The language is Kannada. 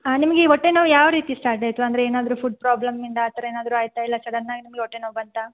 ಹಾಂ ನಿಮ್ಗೆ ಈ ಹೊಟ್ಟೆನೋವು ಯಾವ ರೀತಿ ಸ್ಟಾರ್ಟಾಯಿತು ಅಂದರೆ ಏನಾದ್ರೂ ಫುಡ್ ಪ್ರಾಬ್ಲಮ್ಮಿಂದ ಆ ಥರ ಏನಾದ್ರೂ ಆಯಿತಾ ಇಲ್ಲ ಸಡನ್ನಾಗಿ ನಿಮಗೆ ಹೊಟ್ಟೆನೋವು ಬಂತಾ